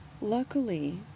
Luckily